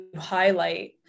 highlight